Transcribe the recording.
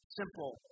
simple